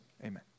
Amen